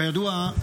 כידוע,